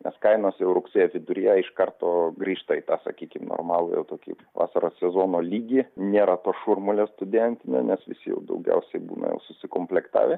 nes kainos jau rugsėjo viduryje iš karto grįžta į tą sakykim normalų jau tokį vasaros sezono lygį nėra to šurmulio studentinio nes visi jau daugiausiai būna jau susikomplektavę